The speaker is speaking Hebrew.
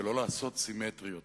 ולא לעשות סימטריות